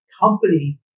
company